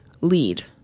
lead